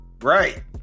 Right